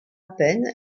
peine